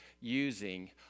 using